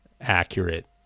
accurate